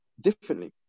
differently